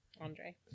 Andre